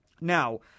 now